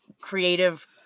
creative